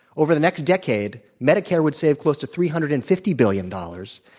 over the next decade, medicare would save close to three hundred and fifty billion dollars,